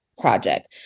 Project